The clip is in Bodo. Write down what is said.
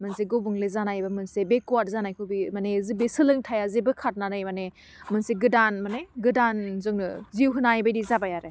मोनसे गुबुंले जानाय बा बेकवार्ट जानायखौ बेयो माने जे सोलोंथाइया जेबो खादनानै माने मोनसे गोदान माने गोदान जोंनो जिउ होनाय बायदि जाबाय आरो